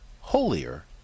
holier